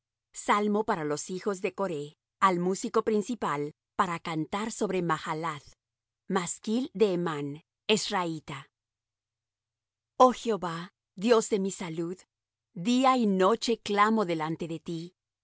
salmo para los hijos de coré al músico principal para cantar sobre mahalath masquil de hemán ezrahita oh jehová dios de mi salud día y noche clamo delante de ti